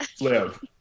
Live